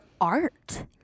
art